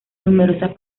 numerosas